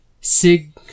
Sig